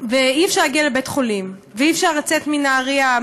ואי-אפשר להגיע לבית-החולים ואי-אפשר לצאת מנהריה,